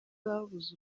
babuze